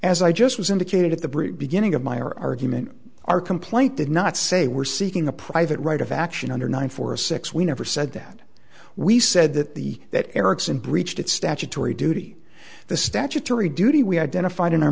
as i just was indicated at the brute beginning of my argument our complaint did not say we're seeking the private right of action under nine four six we never said that we said that the that erikson breached its statutory duty the statutory duty we identified in our